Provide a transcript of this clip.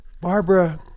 Barbara